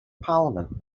parliament